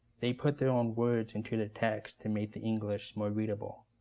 they put their own words into the text to make the english more readable.